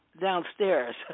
downstairs